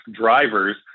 drivers